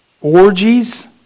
orgies